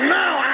now